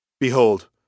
Behold